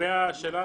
השאלה